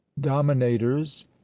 dominators